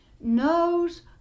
knows